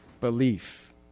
belief